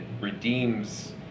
redeems